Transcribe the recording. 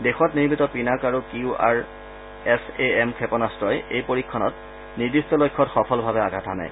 দেশত নিৰ্মীত পিনাক আৰু Q R S A M ক্ষেপণাদ্বই এই পৰীক্ষণত নিৰ্দিষ্ট লক্ষ্যত সফলভাৱে আঘাত হানে